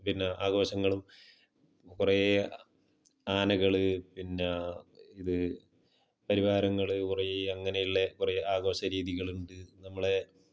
പിന്നെ ആഘോഷങ്ങളും കുറെ ആനകൾ പിന്നെ ഇത് പരിവാരങ്ങൾ കുറെ അങ്ങനെയുള്ള കുറെ ആഘോഷ രീതികളുണ്ട് നമ്മളെ